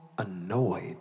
Annoyed